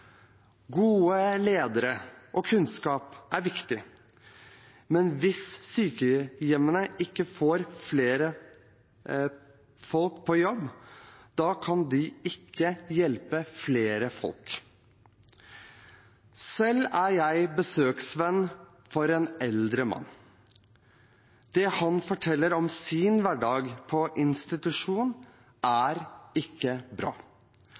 Gode ledere og kunnskap er viktig, men hvis sykehjemmene ikke får flere folk på jobb, kan de ikke hjelpe flere folk. Selv er jeg besøksvenn for en eldre mann. Det han forteller om sin hverdag på institusjon, er ikke bra.